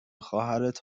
خواهرت